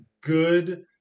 good